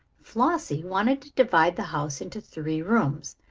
flossie wanted to divide the house into three rooms,